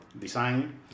design